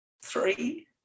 three